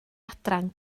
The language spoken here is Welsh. adran